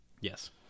Yes